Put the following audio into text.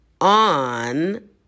on